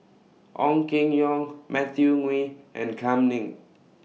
Ong Keng Yong Matthew Ngui and Kam Ning